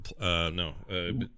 No